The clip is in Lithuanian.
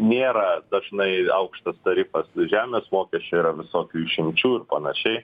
nėra dažnai aukštas tarifas žemės mokesčio yra visokių išimčių ir panašiai